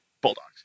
Bulldogs